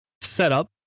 setup